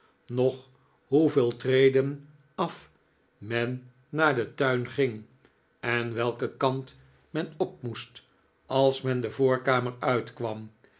noch hoeveel treden af men naar den tuin ging en welken kant men op moest als men de voorkamer uitkwam